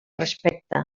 respecte